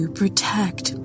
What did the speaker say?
protect